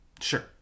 Sure